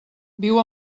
viu